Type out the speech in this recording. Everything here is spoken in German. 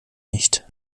nicht